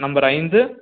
number ஐந்து